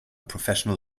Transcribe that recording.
professional